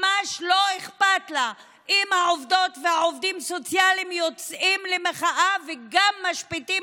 ממש לא אכפת לה אם העובדות והעובדים הסוציאליים יוצאים למחאה וגם משביתים